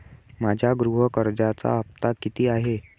माझ्या गृह कर्जाचा हफ्ता किती आहे?